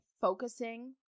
focusing